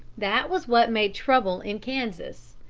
that was what made trouble in kansas.